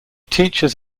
teaches